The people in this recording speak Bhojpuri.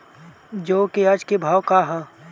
जौ क आज के भाव का ह?